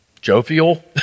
jovial